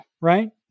right